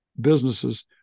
businesses